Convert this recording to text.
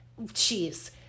Jeez